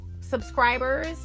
subscribers